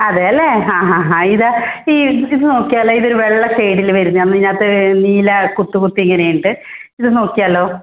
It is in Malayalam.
അതെ അല്ലേ ആ ഹാ ഹാ ഇതാ ഈ ഇത് ഇത് നോക്കിയാല്ലോ ഇതൊരു വെള്ള ഷെയ്ഡിൽ വരുന്നതാണ് ഇതിനകത്ത് നീല കുത്ത് കുത്ത് ഇങ്ങനെയുണ്ട് ഇത് നോക്കിയാല്ലോ